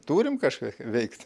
turim kažką veikt